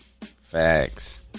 Facts